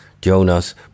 Jonas